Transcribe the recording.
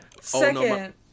Second